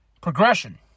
Progression